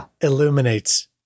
illuminates